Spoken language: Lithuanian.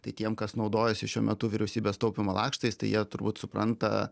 tai tiem kas naudojasi šiuo metu vyriausybės taupymo lakštais tai jie turbūt supranta